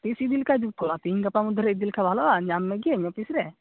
ᱛᱤᱥ ᱤᱫᱤ ᱞᱮᱠᱷᱟᱱ ᱡᱩᱛ ᱠᱚᱜᱼᱟ ᱛᱤᱦᱤᱧ ᱜᱟᱯᱟ ᱢᱚᱫᱽᱫᱷᱮ ᱨᱮ ᱤᱫᱤ ᱞᱮᱠᱷᱟᱱ ᱵᱷᱟᱹᱞᱤᱜᱼᱟ ᱧᱟᱢ ᱢᱮᱜᱮᱭᱟᱹᱧ ᱚᱯᱷᱤᱥ ᱨᱮ